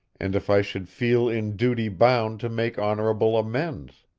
and if i should feel in duty bound to make honorable amends.